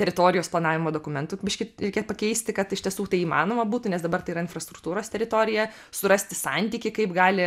teritorijos planavimo dokumentų biškį reikia pakeisti kad iš tiesų tai įmanoma būtų nes dabar tai yra infrastruktūros teritorija surasti santykį kaip gali